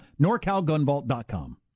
NorCalGunVault.com